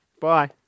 Bye